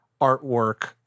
artwork